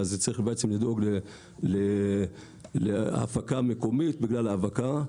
צריך לדאוג להפקה מקומית בגלל ההאבקה,